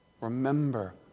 Remember